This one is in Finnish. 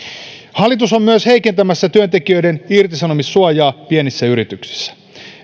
hallitus on myös heikentämässä työntekijöiden irtisanomissuojaa alle kahdenkymmenen hengen yrityksissä